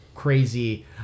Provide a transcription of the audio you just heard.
crazy